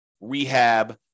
rehab